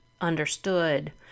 understood